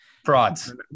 Frauds